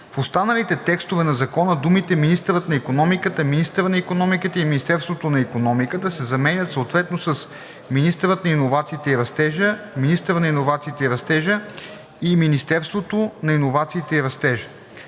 В останалите текстове на Закона думите „министърът на икономиката“, „министъра на икономиката“ и „Министерството на икономиката“ се заменят съответно с „министърът на иновациите и растежа“, „министъра на иновациите и растежа“ и „Министерството на иновациите и растежа“.“